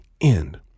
end